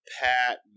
Pat